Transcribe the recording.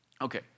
Okay